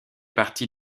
partie